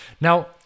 Now